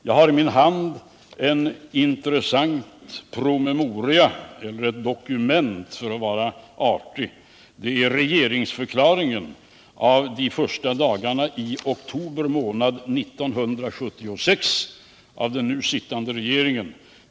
Jag har i min hand en intressant promemoria — eller låt mig för att vara artig kalla den ett dokument — nämligen regeringsförklaringen, avlämnad en av de första dagarna i oktober månad 1976 av den nu sittande regeringen.